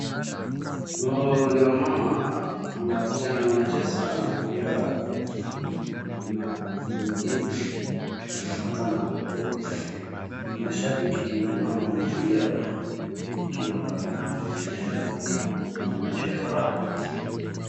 Huu ni wamama ama wasichana wanacheza mpira ya mikono. Naona kuna timu mbili wamepatana hapo uwanjani. Mashabiki naona wametulia wakiwa wanamwaangalia na macho ya furaha.